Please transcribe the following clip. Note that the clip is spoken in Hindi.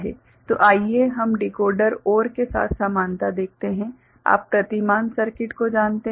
तो आइए हम डिकोडर OR के साथ समानता देखते हैं आप प्रतिमान सर्किट को जानते हैं